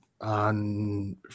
on